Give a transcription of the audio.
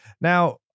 Now